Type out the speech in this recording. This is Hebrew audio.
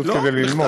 פשוט כדי ללמוד.